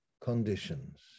conditions